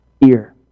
ear